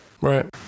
Right